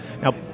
Now